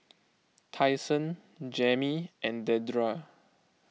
Tyson Jammie and Dedra